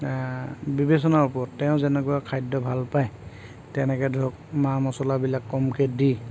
বিবেচনা ওপৰত তেওঁ যেনেকুৱা খাদ্য ভাল পায় তেনেকৈ ধৰক মা মছলাবিলাক কমকৈ দি